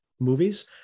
movies